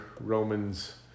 Romans